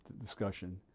discussion